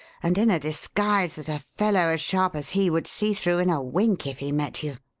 and in a disguise that a fellow as sharp as he would see through in a wink if he met you.